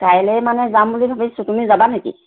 কাইলৈ মানে যাম বুলি ভাবিছোঁ তুমি যাবা নেকি